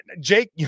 Jake